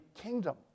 kingdom